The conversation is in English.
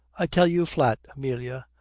i tell you flat, amelia,